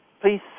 please